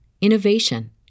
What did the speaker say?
innovation